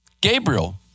Gabriel